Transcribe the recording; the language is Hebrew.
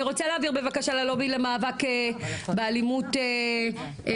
אני רוצה להעביר בבקשה ללובי למאבק באלימות מינית.